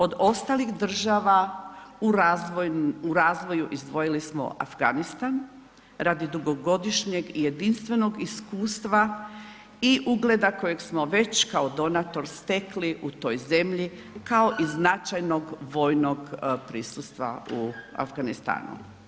Od ostalih država u razvoju izdvojili smo Afganistan radi dugogodišnjeg i jedinstvenog iskustva i ugleda kojeg smo već kao donator stekli u toj zemlji kao i značajnog vojnog prisustva u Afganistanu.